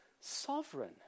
sovereign